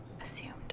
assumed